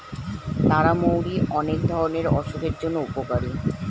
তারা মৌরি অনেক ধরণের অসুখের জন্য উপকারী